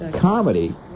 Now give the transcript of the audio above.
Comedy